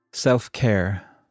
Self-Care